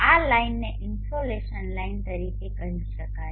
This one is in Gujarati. આ લાઈનને ઇનસોલેશન લાઇન તરીકે કહી શકાય